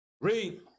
Read